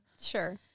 Sure